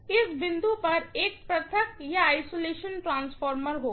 इस बिंदु पर एक आइसोलेशन ट्रांसफार्मर होगा